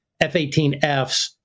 F-18Fs